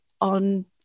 on